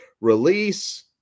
release